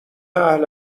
اهل